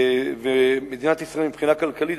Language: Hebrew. ומדינת ישראל מבחינה כלכלית,